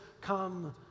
come